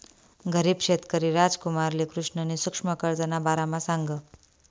गरीब शेतकरी रामकुमारले कृष्णनी सुक्ष्म कर्जना बारामा सांगं